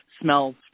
smells